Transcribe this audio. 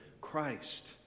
Christ